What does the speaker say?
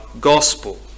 Gospel